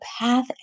path